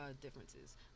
differences